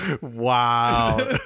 Wow